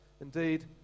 Indeed